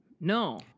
No